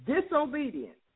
disobedience